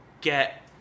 get